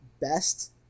best